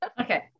Okay